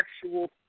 actual